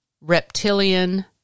reptilian